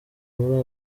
muri